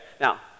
now